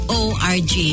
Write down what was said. org